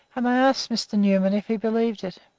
and i asked mr. newman if he believed it.